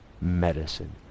medicine